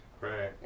Right